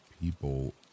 people